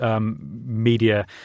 media